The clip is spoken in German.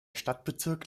stadtbezirk